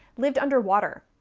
lived underwater.